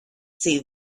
see